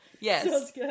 Yes